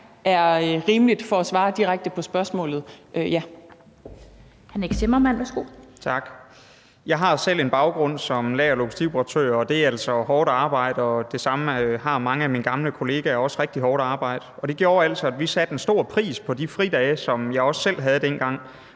Kl. 14:57 Nick Zimmermann (DF): Tak. Jeg har selv en baggrund som lager- og logistikoperatør, og det er altså hårdt arbejde. Det samme har mange af mine gamle kollegaer, og det er rigtig hårdt arbejde. Det gjorde altså, at vi satte stor pris på de fridage, som jeg også selv havde dengang,